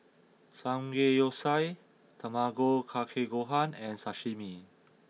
Samgeyopsal Tamago kake gohan and Sashimi